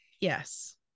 yes